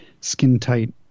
skin-tight